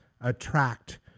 attract